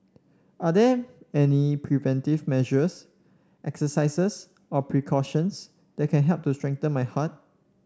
are there any preventive measures exercises or precautions that can help to strengthen my heart